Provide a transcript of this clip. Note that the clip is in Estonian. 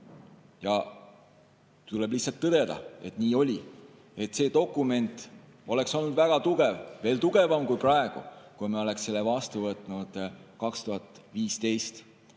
Tuleb lihtsalt tõdeda, et nii oli. See dokument oleks olnud väga tugev, veel tugevam kui praegu, kui me oleks selle vastu võtnud 2015,